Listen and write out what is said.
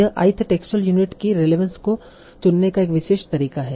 यह ith textual unit की relevance को चुनने का एक विशेष तरीका है